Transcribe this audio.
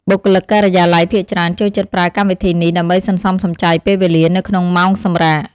បុគ្គលិកការិយាល័យភាគច្រើនចូលចិត្តប្រើកម្មវិធីនេះ ដើម្បីសន្សំសំចៃពេលវេលានៅក្នុងម៉ោងសម្រាក។